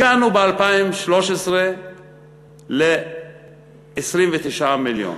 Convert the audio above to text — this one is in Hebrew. הגענו ב-2013 ל-29 מיליון.